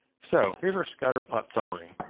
so, here's our scatterplot summary.